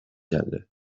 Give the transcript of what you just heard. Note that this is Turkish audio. geldi